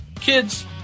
Kids